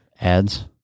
Ads